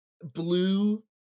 blue